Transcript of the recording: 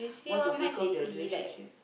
want to break off their relationship